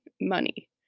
money